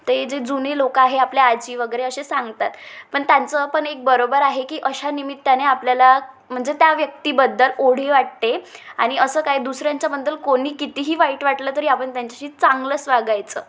ते जे जुने लोक आहे आपल्या आजी वगैरे असे सांगतात पण त्यांचं पण एक बरोबर आहे की अशा निमित्ताने आपल्याला म्हणजे त्या व्यक्तीबद्दल ओढ वाटते आणि असं काय दुसऱ्यांच्याबद्दल कोणी कितीही वाईट वाटलं तरी आपण त्यांच्याशी चांगलंच वागायचं